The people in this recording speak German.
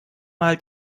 mal